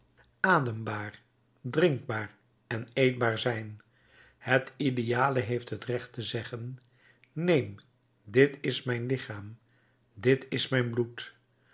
adembaar drinkbaar en eetbaar zijn het ideale heeft het recht te zeggen neem dit is mijn lichaam dit is mijn bloed